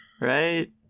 right